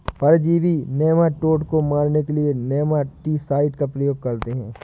परजीवी नेमाटोड को मारने के लिए नेमाटीसाइड का प्रयोग करते हैं